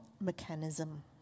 Mechanism